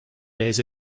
days